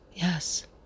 yes